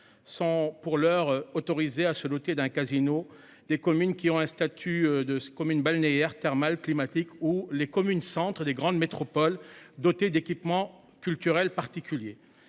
sont pour l'heure autorisée à se doter d'un casino, des communes qui ont un statut de communes balnéaires, thermales, climatiques ou les communes Centre des grandes métropoles dotées d'équipements culturels particulier.